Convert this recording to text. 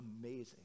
amazing